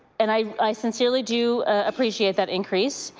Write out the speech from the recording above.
and i i sincerely do appreciate that increase,